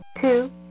Two